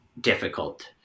difficult